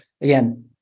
again